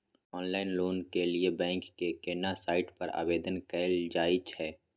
Online loan के लिए bank के केना साइट पर आवेदन कैल जाए छै?